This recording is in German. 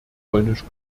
polnisch